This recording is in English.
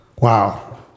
Wow